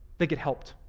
they get helped.